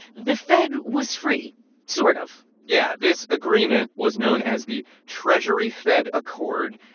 the fed was free sort of yeah. this agreement was known as the treasury-fed accord.